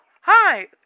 Hi